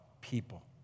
people